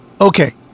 okay